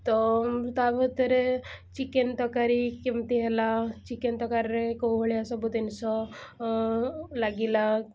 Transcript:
ତ ତା' ଭିତରେ ଚିକେନ୍ ତରକାରୀ କେମିତି ହେଲା ଚିକେନ୍ ତରକାରୀରେ କେଉଁଭଳିଆ ସବୁ ଜିନିଷ ଲାଗିଲା